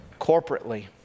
corporately